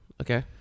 Okay